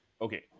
Okay